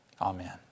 Amen